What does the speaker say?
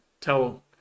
tell